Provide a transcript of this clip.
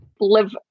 live